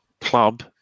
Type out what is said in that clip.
club